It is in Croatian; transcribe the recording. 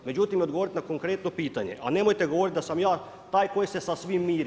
Međutim, odgovorite na konkretno pitanje, a nemojte govoriti da sam ja taj koji se sa svim miri.